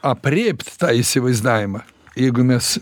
aprėpt tą įsivaizdavimą jeigu mes